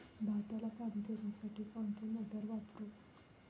भाताला पाणी देण्यासाठी कोणती मोटार वापरू?